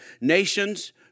nations